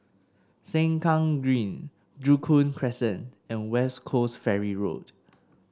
Sengkang Green Joo Koon Crescent and West Coast Ferry Road